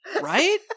right